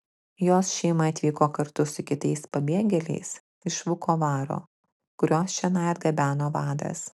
jos šeima atvyko kartu su kitais pabėgėliais iš vukovaro kuriuos čionai atgabeno vadas